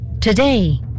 Today